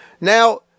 Now